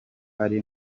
ari